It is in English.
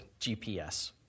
GPS